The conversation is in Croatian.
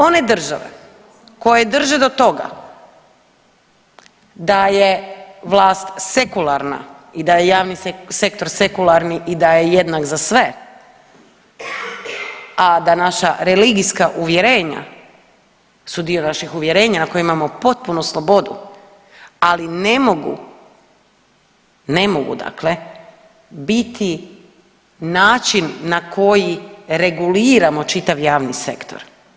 One države koje drže do toga da je vlast sekularna i da je javni sektor sekularni i da je jednak za sve, a da naša religijska uvjerenja su dio naših uvjerenja na koje imamo potpunu slobodu, ali ne mogu, ne mogu dakle biti način na koji reguliramo čitav vajni sektor.